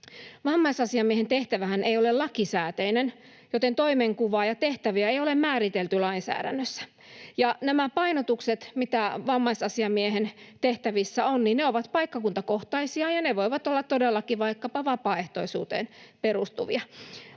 Vammaisasiamiehen tehtävähän ei ole lakisääteinen, joten toimenkuvaa ja tehtäviä ei ole määritelty lainsäädännössä, ja nämä painotukset, mitä vammaisasiamiehen tehtävissä on, ovat paikkakuntakohtaisia ja ne voivat olla todellakin vaikkapa vapaaehtoisuuteen perustuvia.